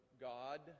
God